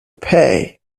pay